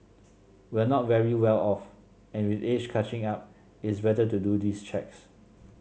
we're not very well off and with age catching up it's better to do these checks